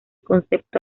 concepto